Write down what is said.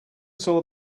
saw